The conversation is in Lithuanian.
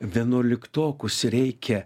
vienuoliktokus reikia